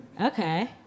Okay